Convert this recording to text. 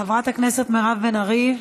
חברת הכנסת מירב בן ארי,